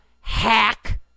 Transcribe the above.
hack